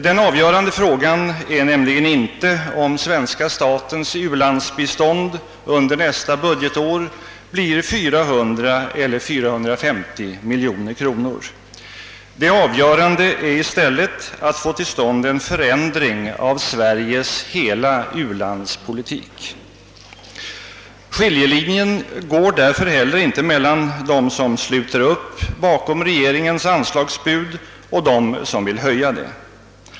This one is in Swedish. Den avgörande frågan är nämligen inte om svenska statens ulandsbistånd för nästa budgetår blir 400 eller 450 miljoner kronor, utan det avgörande är att få till stånd en ändring av Sveriges hela u-landspolitik. Skiljelinjen går därför heller inte mellan dem som sluter upp bakom regeringens anslagsbud och dem som vill höja det budet.